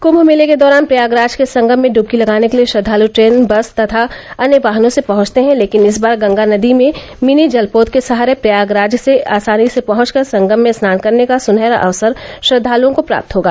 कुंभ मेले के दौरान प्रयागराज के संगम में डुबकी लगाने के लिए श्रद्वालु ट्रेन बस तथा अन्य वाहनों से पहुंचते हैं लेकिन इस बार गंगा नदी मे मिनी जलपोत के सहारे प्रयागराज आसानी से पहुंचकर संगम में स्नान करने का सुनहरा अवसर श्रद्दालुओं को प्राप्त होगा